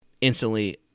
instantly